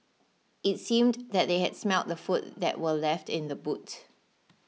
it seemed that they had smelt the food that were left in the boot